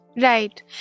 right